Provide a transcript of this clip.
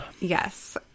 Yes